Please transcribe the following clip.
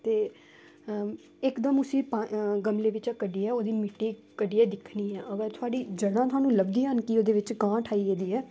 ते इकदम उसी गमले बिच्चा कड्ढियै ओह्दी मिट्टी कड्ढियै दिक्खनी ऐ अगर थुआढ़ी जड़ां थुहानूं लभदियां न कि ओह्दे बिच्च गांठ आई गेदी ऐ